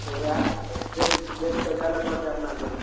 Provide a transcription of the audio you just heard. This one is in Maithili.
तऽ वएह चलते देख देखके जाए लै पड़तै अपनाके